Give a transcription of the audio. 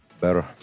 Better